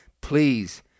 Please